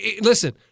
listen –